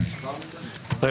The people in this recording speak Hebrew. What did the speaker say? לא אושרה.